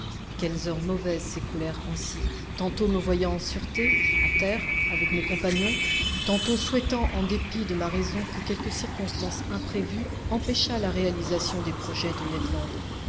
quelles heures mauvaises s'écoulèrent ainsi tantôt me voyant en sûreté à terre avec mes compagnons tantôt souhaitant en dépit de ma raison que quelque circonstance imprévue empêchât la réalisation des projets de